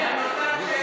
תכף.